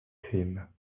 crime